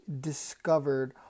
discovered